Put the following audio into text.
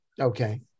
okay